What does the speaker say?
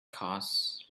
cost